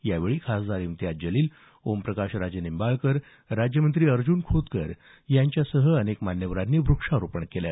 यावेळी खासदार इम्तियाज जलील ओमप्रकाश राजेनिंबाळकर राज्यमंत्री अर्जुन खोतकर यांच्यासह अनेक मान्यवरांनी व्रक्षारोपण केलं